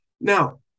Now